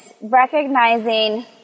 recognizing